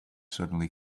suddenly